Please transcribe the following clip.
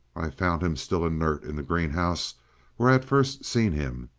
i found him still inert in the greenhouse where i had first seen him.